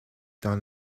dans